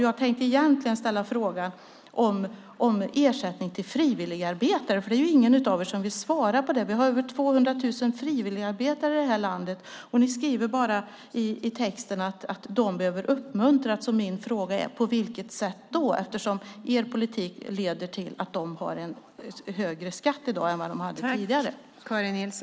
Jag tänkte egentligen ställa en fråga om ersättning till frivilligarbetare. Ingen av er vill svara på det. Vi har över 200 000 frivilligarbetare i landet, och ni skriver bara i texten att de behöver uppmuntras. Min fråga är: På vilket sätt då? Er politik leder nämligen till att de har en högre skatt i dag än vad de hade tidigare.